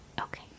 Okay